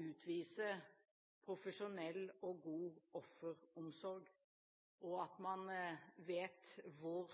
utvise profesjonell og god offeromsorg, og at man også vet hvor